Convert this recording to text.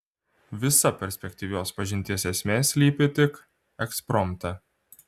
visa perspektyvios pažinties esmė slypi tik ekspromte